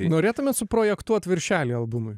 norėtumėt suprojektuot viršelį albumui